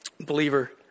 Believer